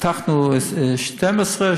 פתחנו 12,